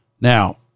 Now